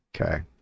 Okay